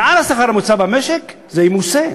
מעל השכר הממוצע במשק זה ימוסה,